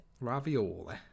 Ravioli